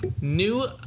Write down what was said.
new